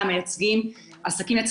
אבל אנחנו מקווים גם שם להגיע למימוש מלא של